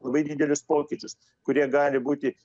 labai didelius pokyčius kurie gali būti